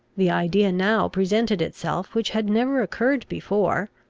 the idea now presented itself, which had never occurred before,